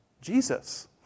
Jesus